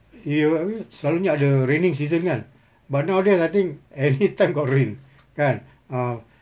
here I mean selalunya ada raining season kan but nowadays I think any time got rain kan ah